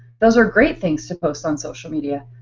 those are great things to post on social media.